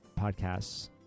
podcasts